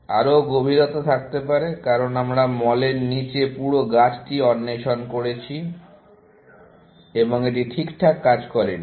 আরও গভীরতা থাকতে পারে কারণ আমরা মলের নীচের পুরো গাছটি অন্বেষণ করেছি এবং এটি ঠিকঠাক কাজ করেনি